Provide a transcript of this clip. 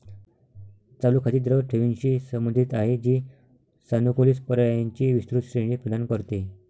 चालू खाती द्रव ठेवींशी संबंधित आहेत, जी सानुकूलित पर्यायांची विस्तृत श्रेणी प्रदान करते